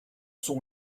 son